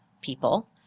people